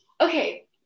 Okay